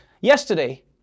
Yesterday